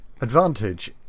Advantage